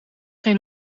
geen